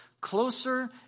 closer